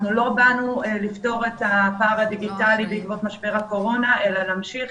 אנחנו לא באנו לפתור את הפער הדיגיטלי בעקבות משבר הקורונה אלא להמשיך